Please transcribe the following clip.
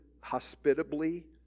hospitably